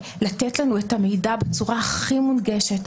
של לתת לנו את המידע בצורה הכי מונגשת,